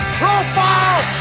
profile